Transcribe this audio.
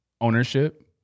ownership